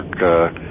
work